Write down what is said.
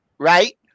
right